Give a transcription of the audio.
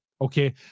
okay